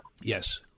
Yes